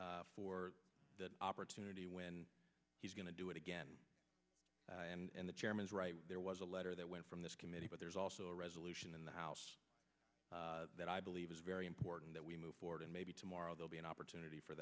wait for the opportunity when he's going to do it again and the chairman's right there was a letter that went from this committee but there's also a resolution in the house that i believe is very important that we move forward and maybe tomorrow they'll be an opportunity for